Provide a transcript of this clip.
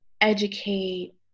educate